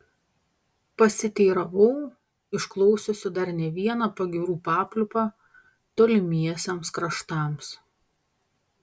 pasiteiravau išklausiusi dar ne vieną pagyrų papliūpą tolimiesiems kraštams